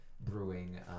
brewing